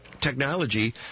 technology